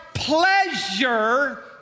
pleasure